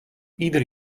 ieder